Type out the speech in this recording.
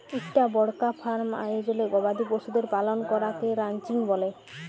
ইকটা বড়কা ফার্ম আয়জলে গবাদি পশুদের পালল ক্যরাকে রানচিং ব্যলে